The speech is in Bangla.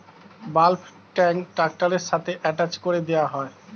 বাল্ক ট্যাঙ্ক ট্র্যাক্টরের সাথে অ্যাটাচ করে দেওয়া হয়